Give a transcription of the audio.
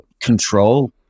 control